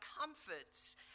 comforts